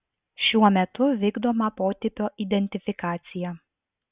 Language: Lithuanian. šiuo metu vykdoma potipio identifikacija